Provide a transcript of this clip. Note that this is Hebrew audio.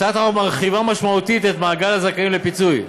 הצעת החוק מרחיבה משמעותית את מעגל הזכאים לפיצוי,